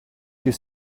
you